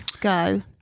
go